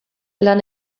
lan